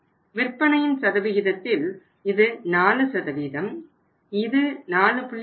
விற்பனையின் சதவிகிதத்தில் இது 4 இது 4